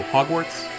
Hogwarts